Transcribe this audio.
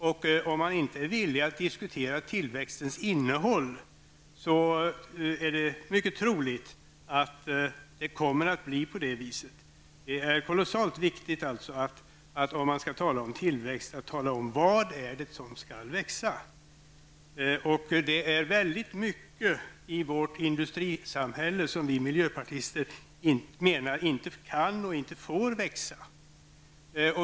Är man inte villig att diskutera tillväxtens innehåll är det troligt att det kommer att bli så. Det är kolossalt viktigt att när man diskuterar tillväxt också talar om vad det är som skall växa. Det är mycket i vårt industrisamhälle som vi miljöpartister menar inte kan och inte får växa.